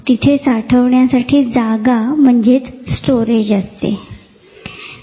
तिथे साठवण्यासाठी जागा म्हणजे स्टोरेज असते